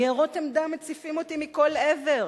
ניירות עמדה מציפים אותי מכל עבר,